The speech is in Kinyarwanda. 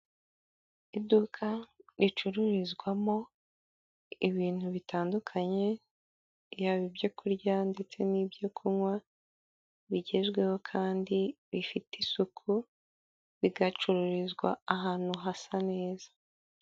Iduka ricururizwamo ibintu bitandukanye, yaba ibyo kurya ndetse n'ibyo kunywa bigezweho kandi bifite isuku, bigacururizwa ahantu hasa neza.